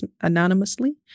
anonymously